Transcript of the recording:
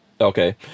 okay